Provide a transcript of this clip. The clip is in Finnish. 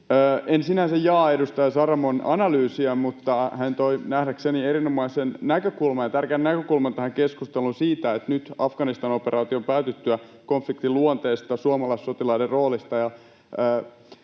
En sinänsä jaa edustaja Saramon analyysiä, mutta hän toi nähdäkseni erinomaisen ja tärkeän näkökulman keskusteluun siitä, että nyt Afganistan-operaation päätyttyä konfliktin luonteesta, suomalaissotilaiden roolista